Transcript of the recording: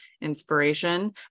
inspiration